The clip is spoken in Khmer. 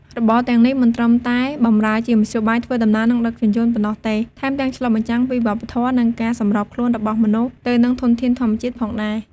របរទាំងនេះមិនត្រឹមតែបម្រើជាមធ្យោបាយធ្វើដំណើរ និងដឹកជញ្ជូនប៉ុណ្ណោះទេ ថែមទាំងឆ្លុះបញ្ចាំងពីវប្បធម៌ និងការសម្របខ្លួនរបស់មនុស្សទៅនឹងធនធានធម្មជាតិផងដែរ។